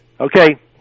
Okay